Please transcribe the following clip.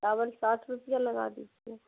چاول ساٹھ روپیہ لگا دیجیے